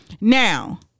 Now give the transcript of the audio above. Now